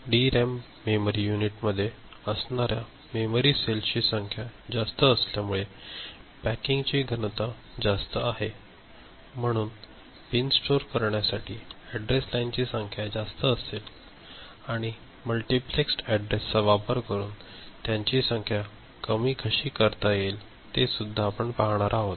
DRAM memory युनिटमध्ये असणाऱ्या memory सेलची संख्या जास्त असल्यामुळे पॅकिंगची घनता जास्त आहे म्हणून पिन स्टोर करण्यासाठी अॅड्रेस लाइनची संख्या जास्त असेल आणि मल्टिप्लेस्ड ऍड्रेस चा वापर करून त्याची संख्या कशी कमी करता येईल ते सुद्धा आपण पाहणार आहोत